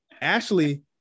Ashley